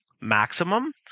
maximum